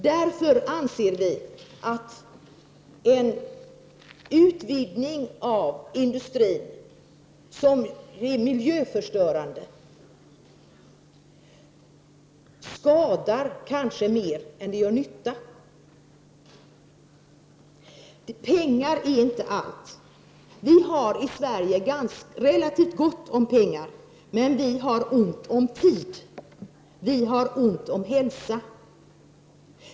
Därför anser vi att en utvidgning av industrin som är miljöförstörande skadar mer än den gör nytta. Pengar är inte allt. Vi har i Sverige relativt gott om pengar, men vi har ont om tid, och vi har ont om hälsa.